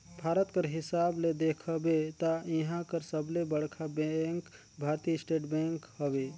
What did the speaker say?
भारत कर हिसाब ले देखबे ता इहां कर सबले बड़खा बेंक भारतीय स्टेट बेंक हवे